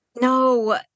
No